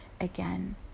again